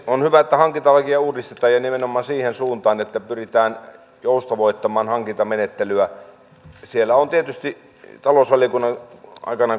on hyvä että hankintalakia uudistetaan ja nimenomaan siihen suuntaan että pyritään joustavoittamaan hankintamenettelyä siellä tietysti talousvaliokunnan aikana